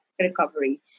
recovery